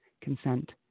consent